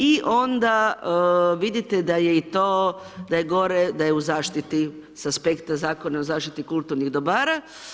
I onda vidite da je i to, da je gore, da je u zaštiti s aspekta Zakona o zaštiti kulturnih dobara.